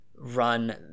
Run